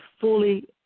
fully